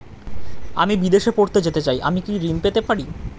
আমি বিদেশে পড়তে যেতে চাই আমি কি ঋণ পেতে পারি?